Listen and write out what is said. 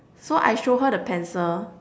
so I show her the pencil